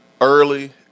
early